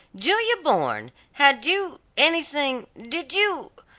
julia bourne, had you anything, did you,